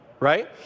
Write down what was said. right